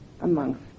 amongst